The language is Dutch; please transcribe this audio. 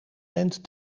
bent